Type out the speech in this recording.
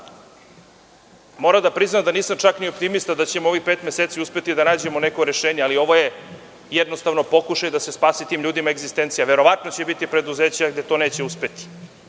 da priznam da nisam optimista da ćemo u ovih pet meseci uspeti da nađemo neko rešenje, ali ovo je jednostavno pokušaj da se tim ljudima spasi egzistencija. Verovatno će biti preduzeća gde to neće uspeti,